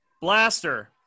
Blaster